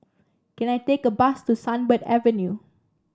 can I take a bus to Sunbird Avenue